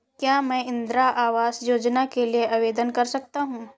क्या मैं इंदिरा आवास योजना के लिए आवेदन कर सकता हूँ?